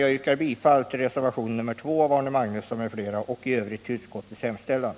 Jag yrkar bifall till reservationen 2 av Arne Magnusson m.fl. och i övrigt till utskottets hemställan.